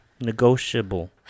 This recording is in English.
Negotiable